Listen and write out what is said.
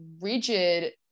rigid